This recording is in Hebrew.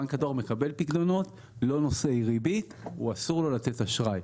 בנק הדואר מקבל פיקדונות לא נושאי ריבית ואסור לו לתת אשראי.